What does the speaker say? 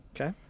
Okay